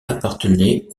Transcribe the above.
appartenait